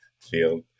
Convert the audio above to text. field